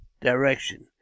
direction